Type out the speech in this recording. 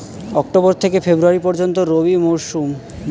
October থেকে ফেব্রুয়ারি পর্যন্ত রবি মৌসুম